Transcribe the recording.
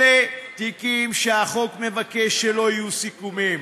אלה תיקים שהחוק מבקש שלא יהיו בהם סיכומים.